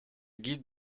guide